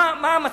מה המצב?